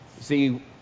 See